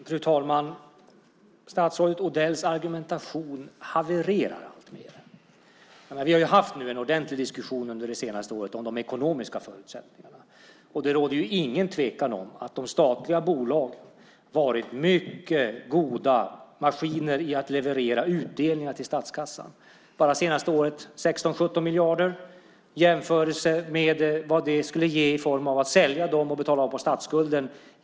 Fru talman! Statsrådet Odells argumentation havererar alltmer. Vi har under det senaste året haft en ordentlig diskussion om de ekonomiska förutsättningarna. Det råder ingen tvekan om att de statliga bolagen varit mycket goda maskiner när det gällt att leverera utdelning till statskassan. Bara under det senaste året handlar det om 16-17 miljarder. Detta kan jämföras med vad det skulle ge om man sålde dem och betalade av på statsskulden.